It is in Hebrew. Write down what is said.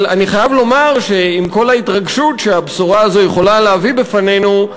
אבל אני חייב לומר שעם כל ההתרגשות שהבשורה הזאת יכולה להביא אלינו,